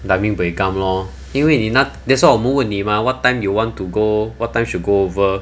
I mean buay gam lor 因为你那 that's all 我们问你 mah what time you want to go what time should go over